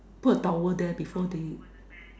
put towel there before they